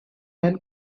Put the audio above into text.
man